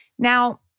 Now